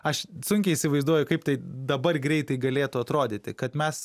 aš sunkiai įsivaizduoju kaip tai dabar greitai galėtų atrodyti kad mes